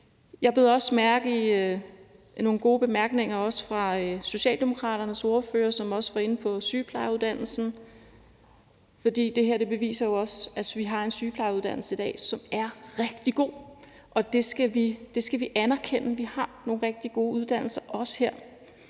Jeg bed også mærke i, at der var nogle gode bemærkninger fra Socialdemokraternes ordfører, som også var inde på sygeplejerskeuddannelsen. For det her beviser, at vi har en sygeplejerskeuddannelse i dag, som er rigtig god, og det skal vi anerkende. Vi har nogle rigtig gode uddannelser, også her.